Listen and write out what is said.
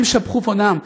הם שפכו פה דם,